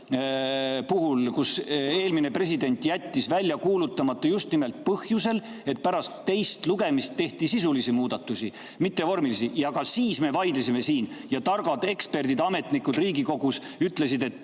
eelmine president jättis välja kuulutamata just nimelt põhjusel, et pärast teist lugemist tehti sisulisi, mitte vormilisi muudatusi. Ka siis me vaidlesime siin ja targad eksperdid‑ametnikud Riigikogus ütlesid, et